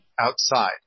outside